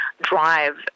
drive